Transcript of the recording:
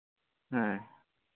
ᱦᱮᱸ